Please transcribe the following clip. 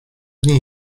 dni